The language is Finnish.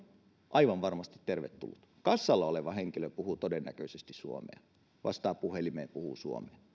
aivan varmasti tervetullut kassalla oleva henkilö puhuu todennäköisesti suomea vastaa puhelimeen ja puhuu suomea